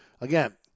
again